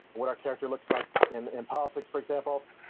what our character looks like in in politics, for example.